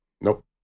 Nope